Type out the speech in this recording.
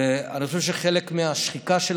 ואני חושב שחלק מהשחיקה של